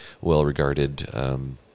well-regarded